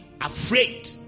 afraid